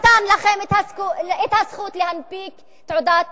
מי נתן לכם את הזכות להנפיק תעודת